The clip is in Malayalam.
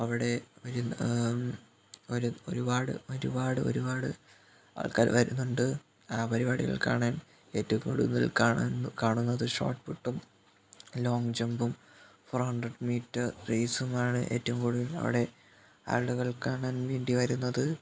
അവിടെ വരുന്ന ഒരു ഒരുപാട് ഒരുപാട് ആൾക്കാര് വരുന്നുണ്ട് ആ പരിപാടികൾ കാണാൻ ഏറ്റവും കൂടുതൽ കാണാന് കാണുന്നത് ഷോട്ട്പുട്ടും ലോങ്ജംപും ഫോർ ഹൻഡ്രഡ് മീറ്റർ റെയ്സുമാണ് ഏറ്റവും കൂടുതൽ അവിടെ ആളുകൾ കാണാൻ വേണ്ടി വരുന്നത്